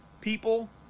People